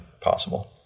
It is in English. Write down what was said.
possible